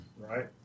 right